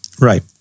Right